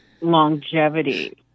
longevity